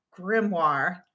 Grimoire